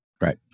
right